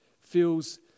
feels